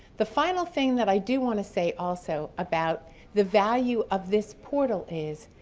the final thing that i do want to say also about the value of this port ah is,